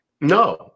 No